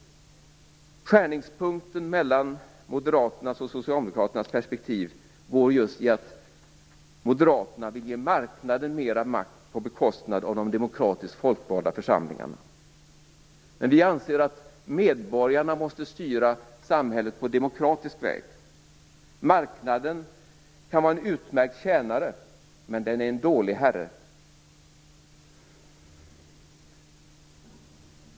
Skärningspunkten mellan moderaternas och socialdemokraternas perspektiv är just att moderaterna vill ge marknaden mera makt på bekostnad av de demokratiskt folkvalda församlingarna. Men vi anser att medborgarna måste styra samhället på demokratisk väg. Marknaden kan vara en utmärkt tjänare, men den är en dålig herre.